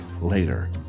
later